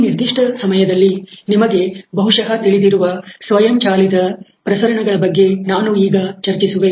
ಈ ನಿರ್ದಿಷ್ಟ ಸಮಯದಲ್ಲಿ ನಿಮಗೆ ಬಹುಶಃ ತಿಳಿದಿರುವ ಸ್ವಯಂಚಾಲಿತ ಪ್ರಸರಣಗಳ ಬಗ್ಗೆ ನಾನು ಈಗ ಚರ್ಚಿಸುವೆ